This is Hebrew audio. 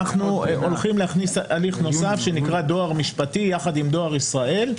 אנחנו הולכים להכניס הליך נוסף שנקרא דואר משפטי יחד עם דואר ישראל.